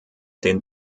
den